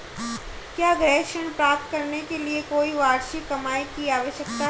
क्या गृह ऋण प्राप्त करने के लिए कोई वार्षिक कमाई की आवश्यकता है?